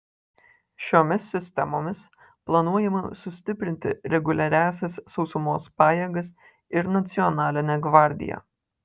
šiomis sistemomis planuojama sustiprinti reguliariąsias sausumos pajėgas ir nacionalinę gvardiją